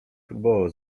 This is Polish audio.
próbował